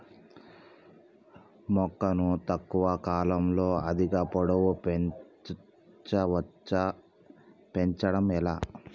మొక్కను తక్కువ కాలంలో అధిక పొడుగు పెంచవచ్చా పెంచడం ఎలా?